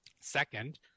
Second